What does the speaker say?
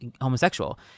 homosexual